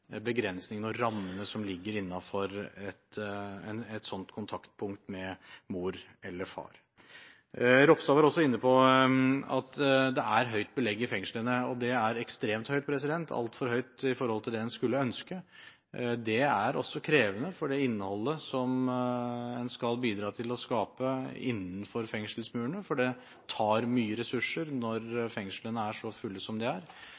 begrensningene og rammene som ligger innenfor et sånt kontaktpunkt med mor eller far. Ropstad var også inne på at det er høyt belegg i fengslene. Det er ekstremt høyt – altfor høyt i forhold til det en skulle ønske. Det er også krevende for det innholdet som en skal bidra til å skape innenfor fengselsmurene, for det tar mye ressurser når fengslene er så fulle som de er. Det er